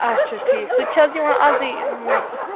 آچھا ٹھیٖک سُہ تہِ چھِ حظ یِوان آزٕے